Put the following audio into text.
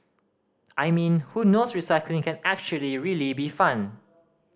I mean who knows recycling can actually really be fun